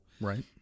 Right